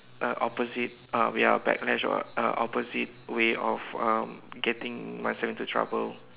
uh opposite um ya backlash or what uh opposite way of um getting myself into trouble